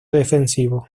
defensivo